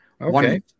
Okay